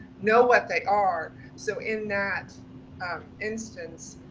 know what they are. so in that instance,